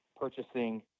purchasing